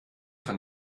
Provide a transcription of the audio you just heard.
von